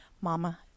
Mama